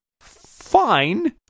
fine